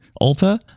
ulta